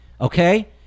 okay